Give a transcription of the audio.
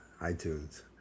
iTunes